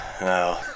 no